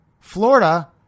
Florida